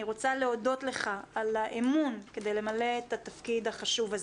רוצה להודות לך על האמון כדי למלא את התפקיד החשוב הזה.